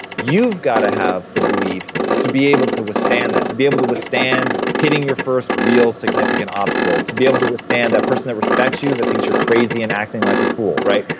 you've gotta have the belief to be able to withstand that, to be able to withstand hitting your first real significant obstacle. to be able to withstand that person that respects you that thinks you're crazy and acting like a fool, right?